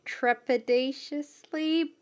trepidatiously